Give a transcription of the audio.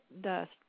dust